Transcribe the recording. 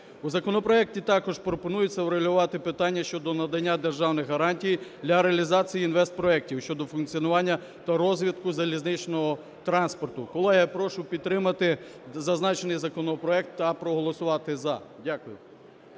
У законопроекті також пропонується врегулювати питання щодо надання державних гарантій для реалізації інвестпроектів щодо функціонування та розвитку залізничного транспорту. Колеги, прошу підтримати зазначений законопроект та проголосувати "за". Дякую.